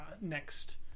next